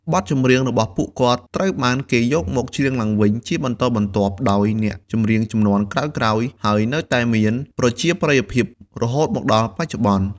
បទចម្រៀងរបស់ពួកគាត់ត្រូវបានគេយកមកច្រៀងឡើងវិញជាបន្តបន្ទាប់ដោយអ្នកចម្រៀងជំនាន់ក្រោយៗ ហើយនៅតែមានប្រជាប្រិយភាពរហូតមកដល់បច្ចុប្បន្ន។